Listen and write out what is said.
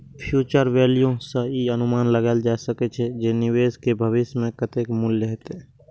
future value सं ई अनुमान लगाएल जा सकै छै, जे निवेश के भविष्य मे कतेक मूल्य हेतै